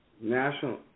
national